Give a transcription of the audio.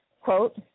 Quote